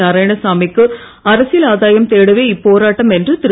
நாராயணசாமி க்கு அரசியல் ஆதாயம் தேடவே இப்போராட்டம் என்று திரு